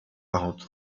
out